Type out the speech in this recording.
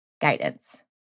guidance